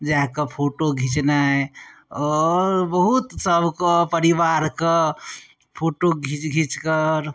जाकऽ फोटो घिचनाइ आओर बहुत सबके परिवारके फोटो घीचि घीचिकऽ